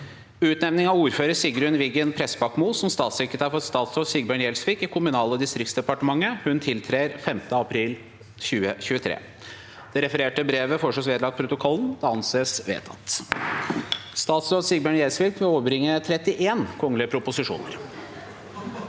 Utnevning av ordfører Sigrun Wiggen Prestbakmo som statssekretær for statsråd Sigbjørn Gjelsvik i Kommunal- og distriktsdepartementet. Hun tiltrer 15. april 2023.» Det refererte brevet foreslås vedlagt protokollen. – Det anses vedtatt. Stat sråd Sigbjø rn G jelsvik overbrakte 31 kgl. proposisjoner: